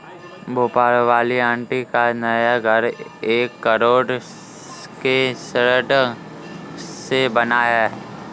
भोपाल वाली आंटी का नया घर एक करोड़ के ऋण से बना है